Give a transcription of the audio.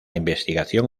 investigación